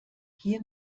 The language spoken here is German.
hier